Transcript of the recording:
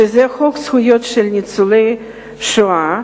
שזה חוק זכויות של ניצולי השואה,